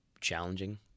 challenging